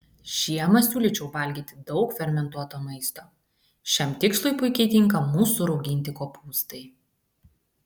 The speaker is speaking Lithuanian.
žiemą siūlyčiau valgyti daug fermentuoto maisto šiam tikslui puikiai tinka mūsų rauginti kopūstai